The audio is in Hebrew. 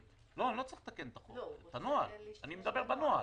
לא, לא צריך לתקן את החוק, אני מדבר על הנוהל.